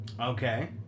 Okay